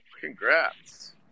Congrats